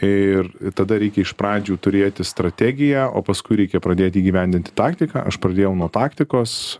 ir tada reikia iš pradžių turėti strategiją o paskui reikia pradėti įgyvendinti taktiką aš pradėjau nuo taktikos